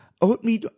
oatmeal